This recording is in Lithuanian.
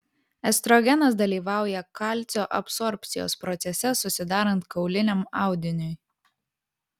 estrogenas dalyvauja kalcio absorbcijos procese susidarant kauliniam audiniui